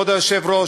כבוד היושב-ראש,